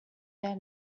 their